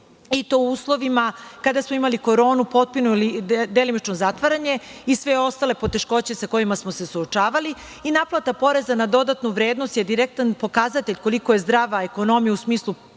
i to u uslovima kada smo imali koronu, potpuno ili delimično zatvaranje, i sve ostale poteškoće sa kojima se suočavali. Naplata poreza na dodatnu vrednost je direktan pokazatelj koliko je zdrava ekonomija u smislu